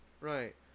Right